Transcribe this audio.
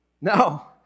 No